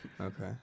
Okay